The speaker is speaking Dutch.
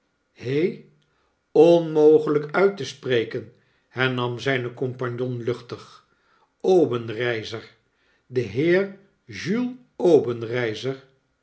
he i onmogelp uit te spreken hernam zp compagnon luchtig obenreizer de heer